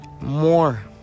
more